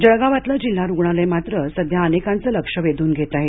जळगावातलं जिल्हा रुग्णालय मात्र सध्या अनेकांचं लक्ष वेधून घेत आहे